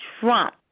Trump